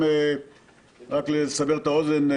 רק לסבר את האוזן,